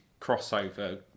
crossover